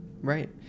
Right